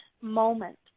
moment